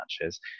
matches